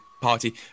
party